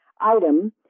item